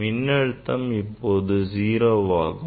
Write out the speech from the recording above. மின்னழுத்தம் இப்போது 0வாகும்